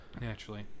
Naturally